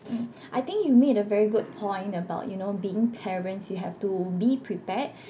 I think you made a very good point about you know being parents you have to be prepared